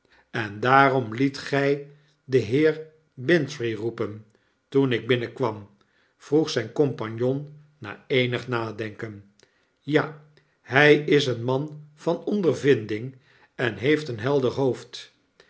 en daarom liet gg den heer bintrey roepen toen ik binnenkwam vroeg zyn compagnon na eenige nadenken ja hg is een man van ondervinding en heeft een helder hoofd